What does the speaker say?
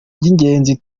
by’ingenzi